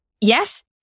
yes